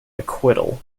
acquittal